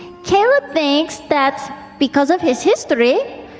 caleb thinks that because of his history,